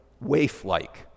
Waif-like